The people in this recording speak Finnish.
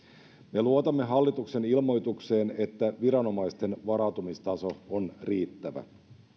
me luotamme hallituksen ilmoitukseen että viranomaisten varautumistaso on riittävä